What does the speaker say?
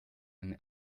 eine